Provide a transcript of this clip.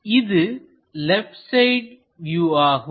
இது left side view ஆகும்